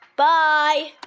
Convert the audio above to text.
bye